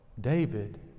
David